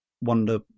wonder